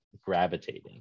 gravitating